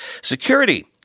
Security